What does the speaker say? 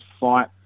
fight